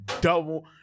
double